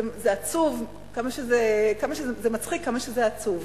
זה עצוב, זה מצחיק כמה שזה עצוב.